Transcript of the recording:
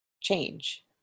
change